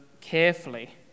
carefully